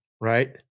Right